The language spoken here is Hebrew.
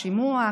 "שימוע",